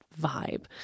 vibe